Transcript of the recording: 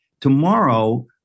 Tomorrow